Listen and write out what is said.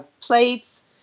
Plates